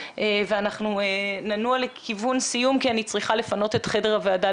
ואנחנו ננוע לכיוון סיום כי אני צריכה לפנות את חדר הוועדה,